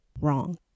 Wrong